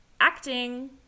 acting